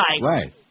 Right